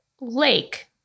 Lake